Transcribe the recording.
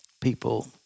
people